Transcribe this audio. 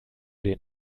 den